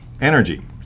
energy